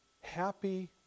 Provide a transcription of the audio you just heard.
Happy